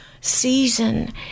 season